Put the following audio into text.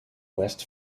west